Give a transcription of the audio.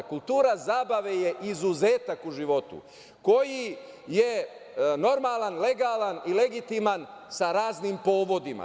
Kultura zabave je izuzetak u životu koji je normalan, legalan i legitiman sa raznim povodima.